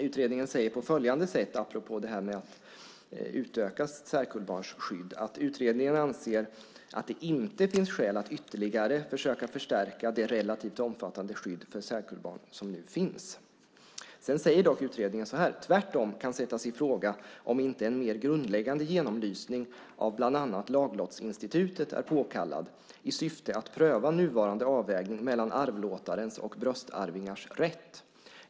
Utredningen säger på följande sätt apropå ett utökande av särkullbarns skydd: Utredningen anser att det inte finns skäl att ytterligare försöka förstärka det relativt omfattande skydd för särkullbarn som nu finns. Sedan säger dock utredningen så här: Tvärtom kan sättas i fråga om inte en mer grundläggande genomlysning av bland annat laglottsinstitutet är påkallad i syfte att pröva nuvarande avvägning mellan arvlåtarens och bröstarvingars rätt.